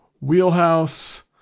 wheelhouse